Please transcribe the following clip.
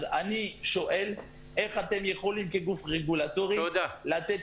אז אני שואל איך אתם יכולים כגוף רגולטורי לתת